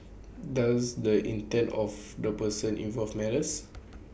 does the intent of the person involved matters